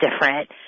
different